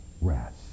rest